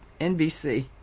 NBC